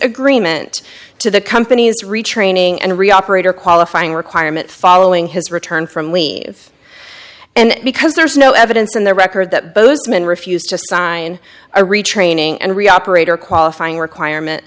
agreement to the company's retraining and re operator qualifying requirement following his return from leave and because there is no evidence in the record that bozeman refused to sign a retraining and re operator qualifying requirement